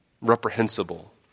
reprehensible